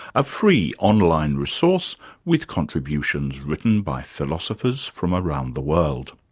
a free online resource with contributions written by philosophers from around the world.